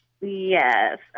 Yes